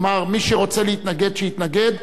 מי שרוצה להתנגד שיתנגד,